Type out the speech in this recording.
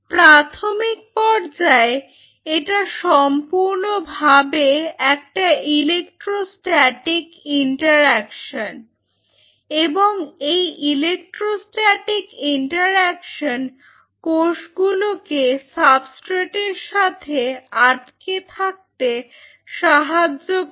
প্রাথমিক পর্যায়ে এটা সম্পূর্ণভাবে একটা ইলেকট্রোস্ট্যাটিক ইন্টারঅ্যাকশন এবং এই ইলেকট্রোস্ট্যাটিক ইন্টারঅ্যাকশন কোষগুলোকে সাবস্ট্রেটের সাথে আটকে থাকতে সাহায্য করে